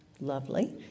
lovely